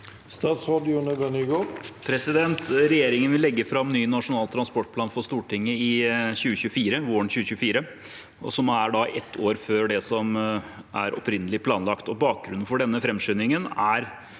Statsråd Jon-Ivar Nygård Regjeringen vil legge fram ny Nasjonal transportplan for Stortinget våren 2024, som er ett år før opprinnelig planlagt. Bakgrunnen for denne framskyndingen er